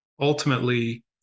ultimately